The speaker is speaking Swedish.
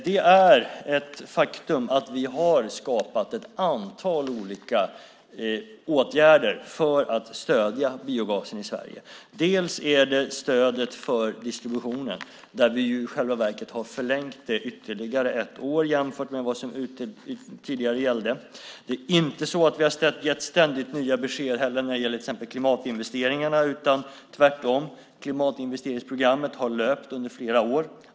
Det är ett faktum att vi har skapat ett antal olika åtgärder för att stödja biogasen i Sverige. Det är bland annat stödet för distributionen. Det har vi i själva verket förlängt ytterligare ett år jämfört med vad som tidigare gällde. Det är inte så att vi ständigt har gett nya besked när det till exempel gäller klimatinvesteringarna. Tvärtom, klimatinvesteringsprogrammet har löpt under flera år.